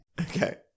Okay